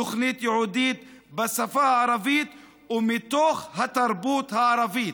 תוכנית ייעודית בשפה הערבית ומתוך התרבות הערבית,